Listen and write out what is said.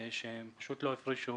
שהם פשוט לא הפרישו